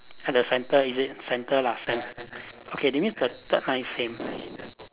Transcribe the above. at the centre is it centre lah cen~ okay that means the third line same